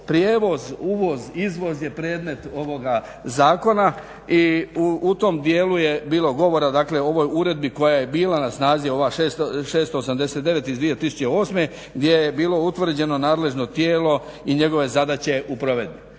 prijevoz, uvoz, izvoz je predmet ovoga zakona. I u tom dijelu je bilo govora dakle o ovoj Uredbi koja je bila na snazi ova 689 iz 2008. gdje je bilo utvrđeno nadležno tijelo i njegove zadaće u provedbi.